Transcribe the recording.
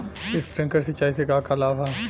Sprinkler सिंचाई से का का लाभ ह?